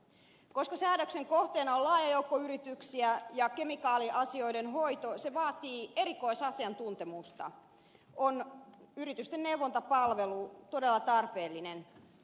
koska säädöksen kohteena on laaja joukko yrityksiä ja kemikaaliasioiden hoito vaatii erikoisasiantuntemusta on yritysten neuvontapalvelu todella tarpeellinen